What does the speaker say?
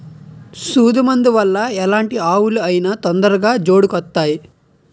సూదు మందు వల్ల ఎలాంటి ఆవులు అయినా తొందరగా జోడుకొత్తాయి